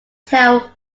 tell